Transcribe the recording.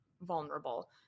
vulnerable